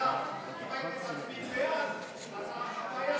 הציוני לסעיף 3 לא נתקבלה.